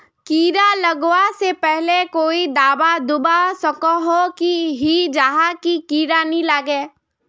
कीड़ा लगवा से पहले कोई दाबा दुबा सकोहो ही जहा से कीड़ा नी लागे?